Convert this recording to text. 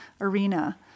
arena